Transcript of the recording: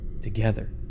together